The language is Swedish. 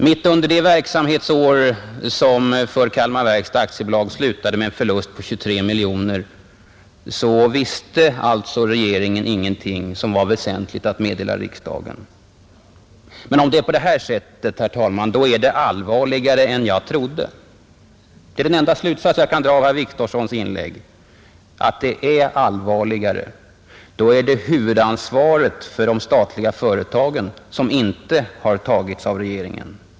Mitt under det verksamhetsår som för Kalmar Verkstads AB slutade med en förlust på 23 miljoner kronor visste alltså regeringen ingenting som var väsentligt att meddela riksdagen. Om det är på det sättet, herr talman, är läget allvarligare än jag trodde. Det är den enda slutsats jag kan dra av herr Wictorssons inlägg. Då har ju inte ansvaret för de statliga företagen tagits av regeringen.